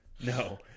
No